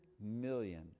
million